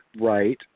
right